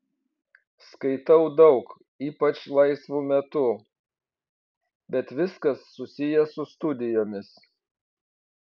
skaitau daug ypač laisvu metu bet viskas susiję su studijomis